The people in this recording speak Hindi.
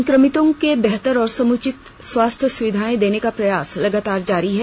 संक्रमितों को बेहतर और समुचित स्वास्थ्य सुविधाएं देने का प्रयास लगातार जारी है